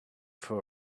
for